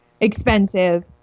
expensive